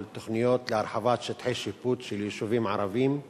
תוכניות להרחבת שטחי שיפוט של יישובים ערביים,